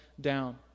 down